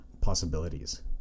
possibilities